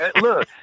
look